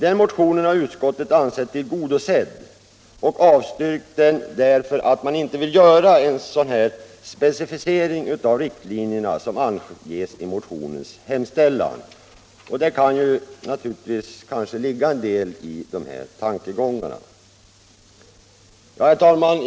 Den motionen har utskottet ansett tillgodosedd och avstyrkt den därför att man inte vill göra en sådan specificering av riktlinjerna som anges i motionens hemställan. Det kan kanske ligga en del i de tankegångarna. Herr talman!